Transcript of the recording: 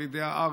ילידי הארץ,